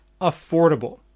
affordable